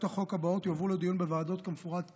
החוק הבאות יועברו לדיון בוועדות כמפורט להלן: